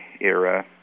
era